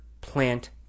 plant